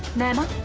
naina!